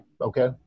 Okay